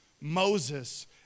Moses